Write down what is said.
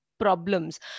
problems